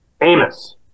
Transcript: Amos